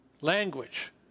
language